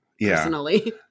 personally